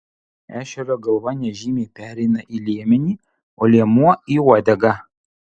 ešerio galva nežymiai pereina į liemenį o liemuo į uodegą